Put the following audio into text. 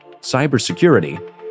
cybersecurity